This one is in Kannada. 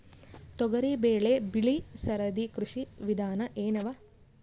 ತೊಗರಿಬೇಳೆ ಬೆಳಿ ಸರದಿ ಕೃಷಿ ವಿಧಾನ ಎನವ?